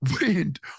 wind